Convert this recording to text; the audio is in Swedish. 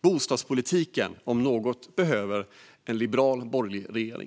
Bostadspolitiken, om något, behöver en liberal borgerlig regering.